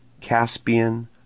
Caspian